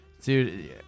dude